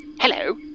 Hello